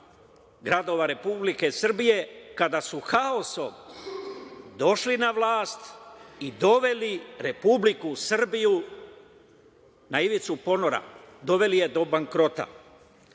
gradova Republike Srbije, kada su haosom došli na vlast i doveli Republiku Srbiju na ivicu ponora, doveli je do bankrota.Za